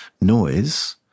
Noise